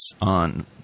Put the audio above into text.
on